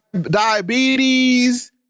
Diabetes